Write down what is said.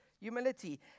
humility